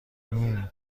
ممم